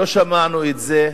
לא שמענו את זה,